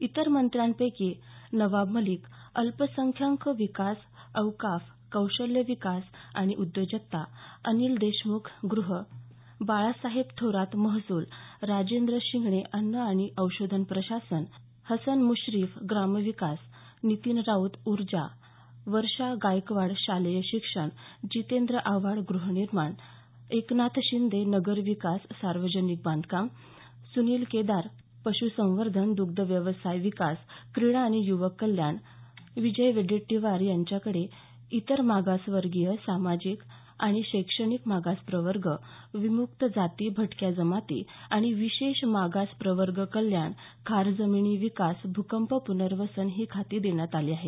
इतर मंत्र्यांपैकी नवाब मलिक अल्पसंख्याक विकास औकाफ कौशल्य विकास आणि उद्योजकता अनिल देशमुख गृह बाळासाहेब थोरात महसूल राजेंद्र शिंगणे अन्न आणि औषध प्रशासन हसन मुश्रीफ ग्राम विकास नितीन राऊत उर्जा वर्षा गायकवाड शालेय शिक्षण जितेंद्र आव्हाड ग्रहनिर्माण एकनाथ शिंदे नगर विकास सार्वजनिक बांधकाम सार्वजनिक उपक्रम सुनिल केदार पश्संवर्धन द्ग्ध व्यवसाय विकास क्रीडा आणि युवक कल्याण विजय वडेट्टीवार यांच्याकडे इतर मागासवर्ग सामाजिक आणि शैक्षणिक मागास प्रवर्ग विमुक्त जाती भटक्या जमाती आणि विशेष मागास प्रवर्ग कल्याण खार जमिनी विकास भूकंप प्नर्वसन ही खाती देण्यात आली आहेत